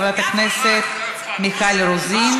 חברת הכנסת מיכל רוזין,